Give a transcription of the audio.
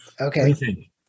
Okay